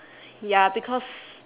ya because